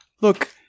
Look-